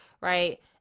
right